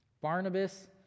Barnabas